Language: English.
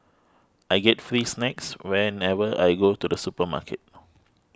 I get free snacks whenever I go to the supermarket